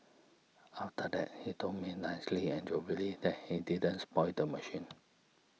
after that he told me nicely and jovially that he didn't spoil the machine